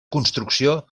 construcció